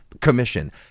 commission